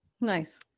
Nice